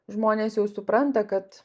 žmonės jau supranta kad